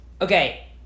okay